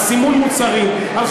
על סימון מוצרים, נכון.